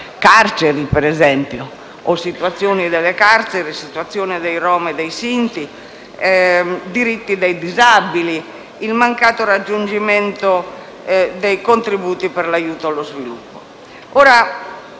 carceri, per esempio, di situazioni nelle carceri o della situazione dei rom e sinti, dei diritti dei disabili, del mancato raggiungimento dei contributi per l'aiuto allo sviluppo.